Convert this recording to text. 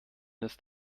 ist